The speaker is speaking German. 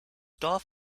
dorf